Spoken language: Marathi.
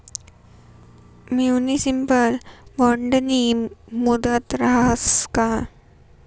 म्युनिसिपल बॉन्डनी मुदत रहास का?